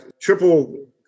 triple